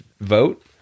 vote